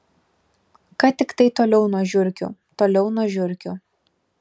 kad tiktai toliau nuo žiurkių toliau nuo žiurkių